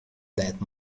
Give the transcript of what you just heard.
that